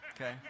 Okay